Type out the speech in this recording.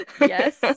yes